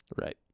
Right